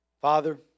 Father